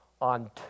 on